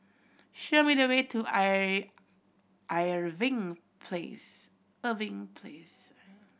show me the way to Place Irving Place